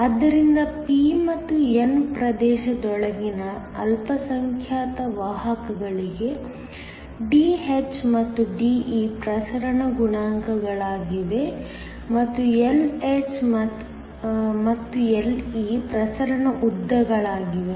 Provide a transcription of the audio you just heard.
ಆದ್ದರಿಂದ P ಮತ್ತು n ಪ್ರದೇಶದೊಳಗಿನ ಅಲ್ಪಸಂಖ್ಯಾತ ವಾಹಕಗಳಿಗೆ Dh ಮತ್ತು De ಪ್ರಸರಣ ಗುಣಾಂಕಗಳಾಗಿವೆ ಮತ್ತು Lh ಮತ್ತು Le ಪ್ರಸರಣ ಉದ್ದಗಳಾಗಿವೆ